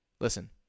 Listen